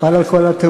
חבל על כל התאורה.